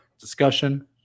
discussion